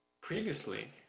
Previously